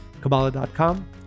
kabbalah.com